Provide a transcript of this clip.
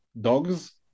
dogs